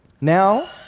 Now